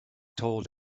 told